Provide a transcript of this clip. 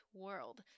world